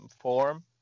form